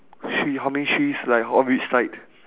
tree how many trees like on which side